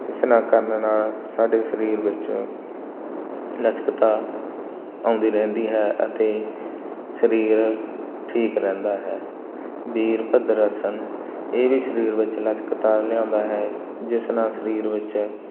ਇਸ ਨਾਲ ਕਰਨ ਨਾਲ ਸਾਡੇ ਸਰੀਰ ਵਿੱਚ ਲਚਕਤਾ ਆਉਂਦੀ ਰਹਿੰਦੀ ਹੈ ਅਤੇ ਸਰੀਰ ਠੀਕ ਰਹਿੰਦਾ ਹੈ ਬੀਰਭਦਰ ਆਸਣ ਇਹ ਵੀ ਸਰੀਰ ਵਿੱਚ ਲਚਕਤਾ ਲਿਆਉਂਦਾ ਹੈ ਜਿਸ ਨਾਲ ਸਰੀਰ ਵਿੱਚ